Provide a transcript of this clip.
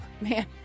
Man